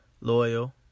loyal